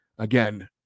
Again